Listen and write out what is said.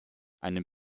einen